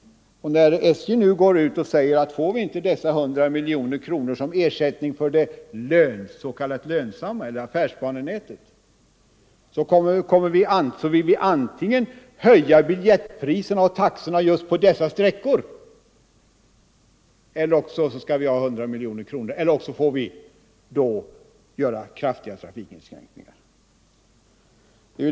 SJ säger nu: Får vi inte dessa 100 miljoner kronor som ersättning för affärsbanenätet vill vi antingen höja biljettpriserna och taxorna på dessa sträckor eller också göra kraftiga trafikinskränkningar.